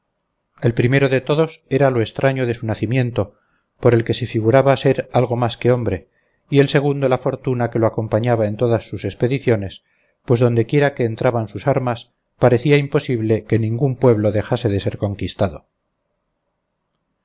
el primero de todos era lo extraño de su nacimiento por el que se figuraba ser algo más que hombre y el segundo la fortuna que lo acompañaba en todas sus expediciones pues donde quiera que entraban sus armas parecía imposible que ningún pueblo dejase de ser conquistado